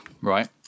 right